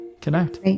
connect